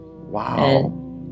Wow